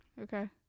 Okay